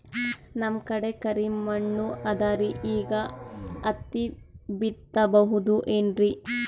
ನಮ್ ಕಡೆ ಕರಿ ಮಣ್ಣು ಅದರಿ, ಈಗ ಹತ್ತಿ ಬಿತ್ತಬಹುದು ಏನ್ರೀ?